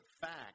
fact